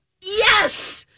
Yes